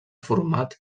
format